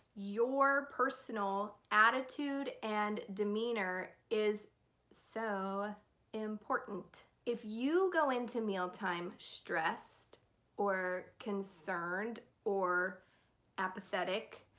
your personal attitude and demeanor is so important. if you go into mealtime stressed or concerned or apathetic,